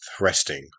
resting